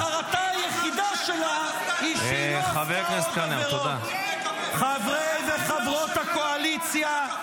-- כי החרטה היחידה שלה היא ------ חברי וחברות הקואליציה,